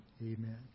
Amen